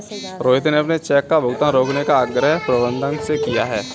रोहित ने अपने चेक का भुगतान रोकने का आग्रह प्रबंधक से किया है